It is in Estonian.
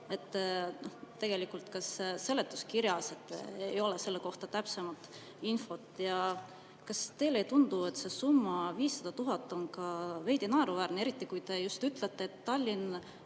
toetuse sisu. Ka seletuskirjas ei ole selle kohta täpsemat infot. Kas teile ei tundu, et summa 500 000 on veidi naeruväärne, eriti kui te just ütlete, et Tallinn